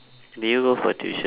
did you go for tuition